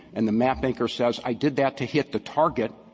and the mapmaker says, i did that to hit the target,